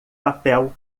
papel